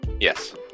Yes